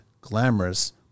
glamorous